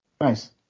Nice